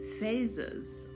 phases